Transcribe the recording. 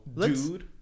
Dude